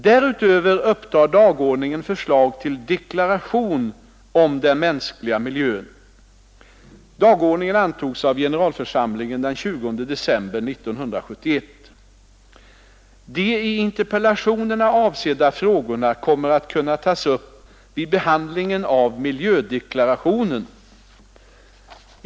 Därutöver upptar dagordningen förslag till deklaration om den mänskliga miljön. Dagordningen antogs av generalförsamlingen den 20 december 1971. De i interpellationerna avsedda frågorna kommer att kunna tas upp vid behandlingen av miljödeklarationen.